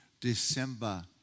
December